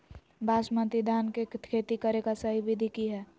बासमती धान के खेती करेगा सही विधि की हय?